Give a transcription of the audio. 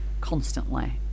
constantly